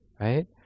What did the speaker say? right